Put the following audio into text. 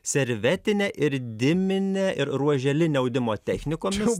servetine ir dimine ir ruoželine audimo technikomis